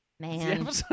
Man